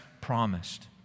promised